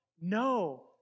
no